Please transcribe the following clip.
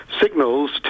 signals